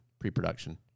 Pre-production